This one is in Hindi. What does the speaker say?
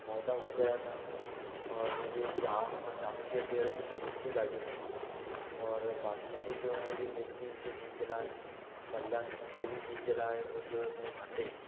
पौधा उग गया था और ये जाम जामुन के पेड़ तो शुरू से ही लगे है और बाकी के जो हैं ये मेड्सीन के बीज लाएं बल्लर इनके भी बीज लाएं और जो अपने भुट्टे